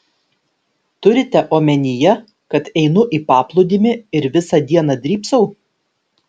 turite omenyje kad einu į paplūdimį ir visą dieną drybsau